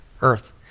Earth